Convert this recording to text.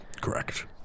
Correct